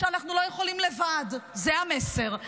שאנחנו לא יכולים לבד, זה המסר.